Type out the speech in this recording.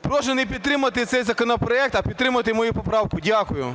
Прошу не підтримувати це законопроект, а підтримати мою поправку. Дякую.